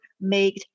made